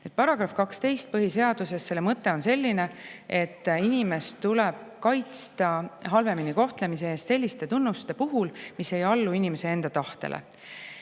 tõttu". Põhiseaduse § 12 mõte on selline, et inimest tuleb kaitsta halvemini kohtlemise eest selliste tunnuste puhul, mis ei allu inimese enda tahtele.